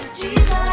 Jesus